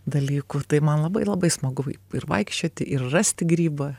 dalykų tai man labai labai smagu ir vaikščiot ir rasti grybą